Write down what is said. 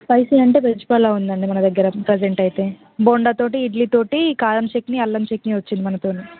spicy అంటే veg pulao ఉంది అండి మన దగ్గర ప్రజెంట్ అయితే బోండాతోటి ఇడ్లీతోటి కారం చట్నీ అల్లం చట్నీ వచ్చింది మనతోని